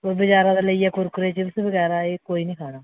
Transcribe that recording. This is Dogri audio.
कोई बजारै दा लेइयै कुरकुरे चिप्स बगैरा कोई निं खाना आं